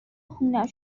خونه